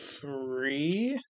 three